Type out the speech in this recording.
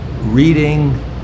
Reading